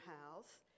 house